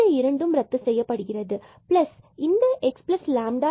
இந்த இரண்டும் ரத்து செய்யப்படுகிறது பிளஸ் இந்த x x